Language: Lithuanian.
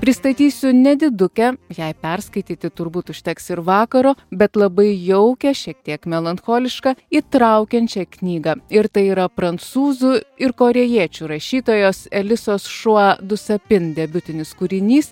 pristatysiu nedidukę jai perskaityti turbūt užteks ir vakaro bet labai jaukią šiek tiek melancholišką įtraukiančią knygą ir tai yra prancūzų ir korėjiečių rašytojos elisos šua dusapin debiutinis kūrinys